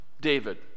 David